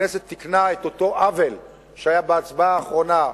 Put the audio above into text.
הכנסת תיקנה את אותו עוול שהיה בהצבעה האחרונה,